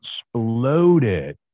exploded